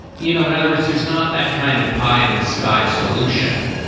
you know in other words there's not that kind of pie in the sky solution.